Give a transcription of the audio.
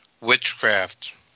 witchcraft